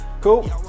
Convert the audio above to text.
Cool